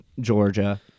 Georgia